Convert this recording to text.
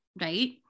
right